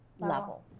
level